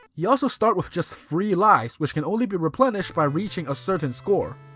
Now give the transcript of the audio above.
you also start with just three lives which can only be replenished by reaching a certain score.